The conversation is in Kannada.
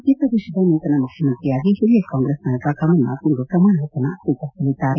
ಮಧ್ಯಪ್ರದೇಶದ ನೂತನ ಮುಖ್ಯಮಂತ್ರಿಯಾಗಿ ಹಿರಿಯ ಕಾಂಗ್ರೆಸ್ ನಾಯಕ ಕಮಲ್ನಾಥ್ ಇಂದು ಪ್ರಮಾಣವಚನ ಸ್ವೀಕರಿಸಲಿದ್ದಾರೆ